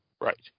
right